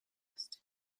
passed